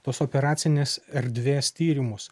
tos operacinės erdvės tyrimus